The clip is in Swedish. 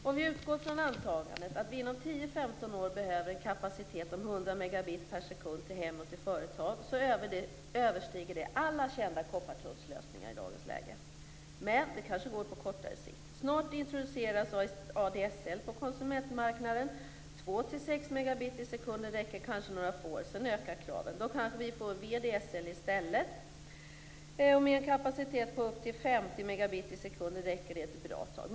Om vi utgår från antagandet att vi inom tio femton år behöver en kapacitet på 100 megabit per sekund till hem och till företag överstiger det alla kända koppartrådslösningar i dagens läge. Men det kanske går på kortare sikt. Snart introduceras ADSL på konsumentmarknaden. 2-6 megabit i sekunden räcker kanske några få år, sedan ökar kraven. Då kanske vi får VDSL i stället. Med en kapacitet på upp till 50 megabit i sekunden räcker det ett bra tag.